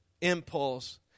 impulse